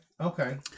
okay